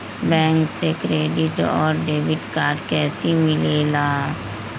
Bank से credit और debit card कैसी मिलेला?